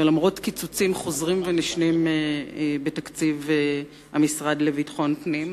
ולמרות קיצוצים חוזרים ונשנים בתקציב המשרד לביטחון פנים.